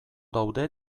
daude